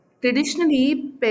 Traditionally